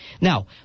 Now